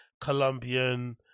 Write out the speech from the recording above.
Colombian